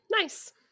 nice